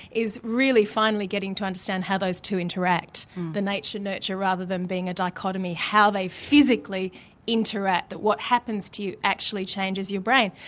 is finally getting to understand how those two interact the nature-nurture, rather than being a dichotomy, how they physically interact but what happens to you actually changes your brain.